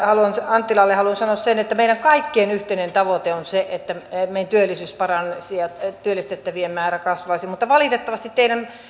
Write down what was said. anttilalle haluan sanoa sen että meidän kaikkien yhteinen tavoite on se että meidän työllisyys paranisi ja työllistettävien määrä kasvaisi mutta valitettavasti teidän